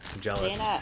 jealous